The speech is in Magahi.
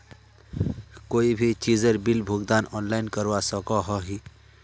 कोई भी चीजेर बिल भुगतान ऑनलाइन करवा सकोहो ही?